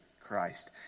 Christ